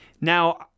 Now